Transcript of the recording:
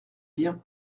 bien